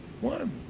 One